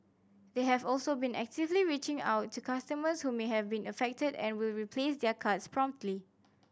they have also been actively reaching out to customers who may have been affected and will replace their cards promptly